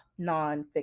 nonfiction